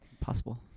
possible